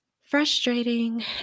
frustrating